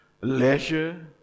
leisure